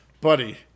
buddy